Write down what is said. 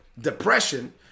depression